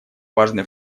важный